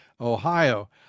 Ohio